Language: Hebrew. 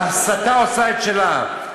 ההסתה עושה את שלה.